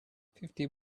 fifty